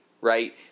right